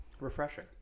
refreshing